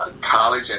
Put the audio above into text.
college